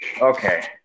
Okay